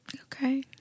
Okay